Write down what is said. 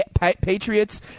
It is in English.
Patriots